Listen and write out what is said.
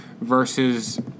versus